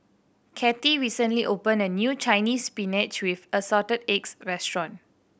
Kathey recently opened a new Chinese Spinach with Assorted Eggs restaurant